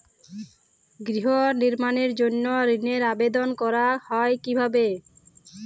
গৃহ নির্মাণের জন্য ঋণের আবেদন করা হয় কিভাবে?